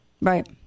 Right